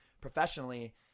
professionally